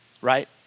right